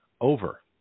over